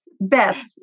Beth